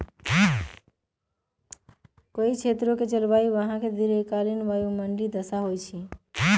कोई क्षेत्र के जलवायु वहां के दीर्घकालिक वायुमंडलीय दशा हई